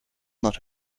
not